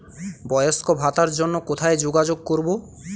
বয়স্ক ভাতার জন্য কোথায় যোগাযোগ করব?